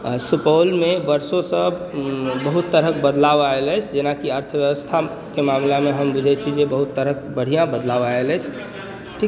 सुपौलमे वर्षोंसँ बहुत तरहक बदलाव आइलि अछि जेनाकि अर्थव्यस्थाक मामलामे हम बुझैत छी जे बहुत तरहक बढिआँ बदलाव आइलि अछि